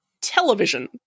television